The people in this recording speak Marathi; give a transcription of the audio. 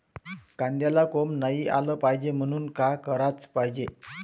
कांद्याला कोंब नाई आलं पायजे म्हनून का कराच पायजे?